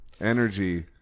energy